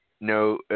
no